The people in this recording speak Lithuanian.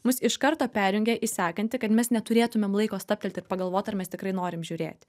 mus iš karto perjungia į sekantį kad mes neturėtumėm laiko stabtelt ir pagalvot ar mes tikrai norim žiūrėt